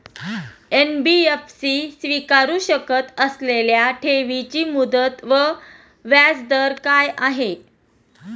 NBFC स्वीकारु शकत असलेल्या ठेवीची मुदत व व्याजदर काय आहे?